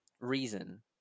reason